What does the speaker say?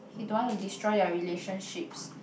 he don't want to destroy their relationships